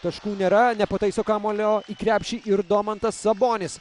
taškų nėra nepataiso kamuolio į krepšį ir domantas sabonis